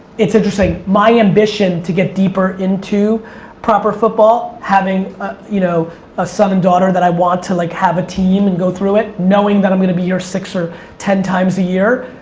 it's interesting, my ambition to get deeper into proper football, having you know a son and daughter that i want to like have a team and go through it, knowing that i'm gonna be here six or ten times a year,